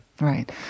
Right